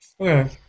Okay